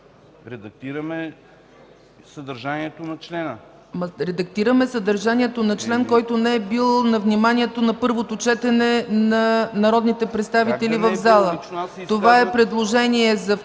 редактираме съдържанието на члена.